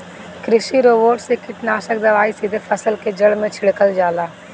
कृषि रोबोट से कीटनाशक दवाई सीधे फसल के जड़ में छिड़का जाला